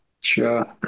Sure